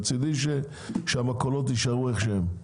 מצידי שהמכולות יישארו כמו שהן.